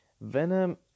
Venom